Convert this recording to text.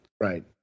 Right